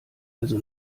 also